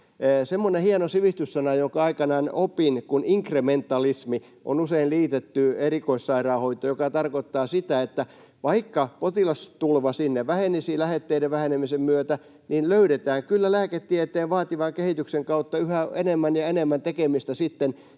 hieno sivistyssana kuin inkrementalismi, jonka aikanaan opin, on usein liitetty erikoissairaanhoitoon ja tarkoittaa sitä, että vaikka potilastulva sinne vähenisi lähetteiden vähenemisen myötä, niin löydetään kyllä lääketieteen vaativan kehityksen kautta yhä enemmän ja enemmän tekemistä sitten